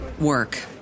work